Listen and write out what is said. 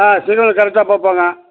ஆ signal கரெக்டா பார்ப்பங்க